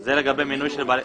זה לגבי מינוי.